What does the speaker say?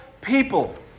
people